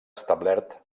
establert